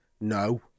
no